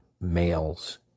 males